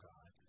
God